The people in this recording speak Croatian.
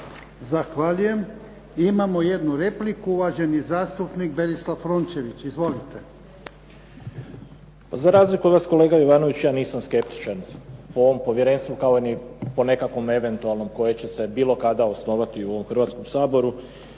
Zahvaljujem. Imamo jednu repliku, uvaženi zastupnik Berislav Rončević. Izvolite. **Rončević, Berislav (HDZ)** Za razliku od vas kolega Jovanović, ja nisam skeptičan po ovom povjerenstvu, kao ni po nekakvom eventualnom koje će se bilo kada osnovati u ovom Hrvatskom saboru.